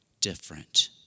different